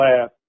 lab